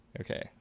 Okay